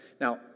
Now